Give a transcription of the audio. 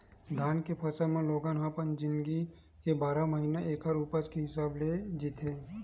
धान के फसल म लोगन ह अपन जिनगी के बारह महिना ऐखर उपज के हिसाब ले जीथे